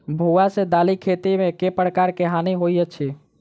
भुआ सँ दालि खेती मे केँ प्रकार केँ हानि होइ अछि?